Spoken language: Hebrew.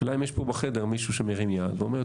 השאלה אם יש פה בחדר מישהו שמרים יד ואומר,